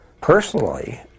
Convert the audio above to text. Personally